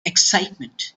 excitement